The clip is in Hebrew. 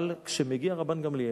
אבל כשמגיע רבן גמליאל,